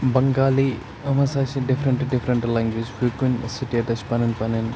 بنٛگالی یِم ہَسا چھِ ڈِفرَنٹ ڈِفرَنٹ لنٛگویج فی کُنہِ سٕٹیٹَس چھِ پَنٕنۍ پَنٕنۍ